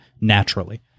naturally